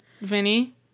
Vinny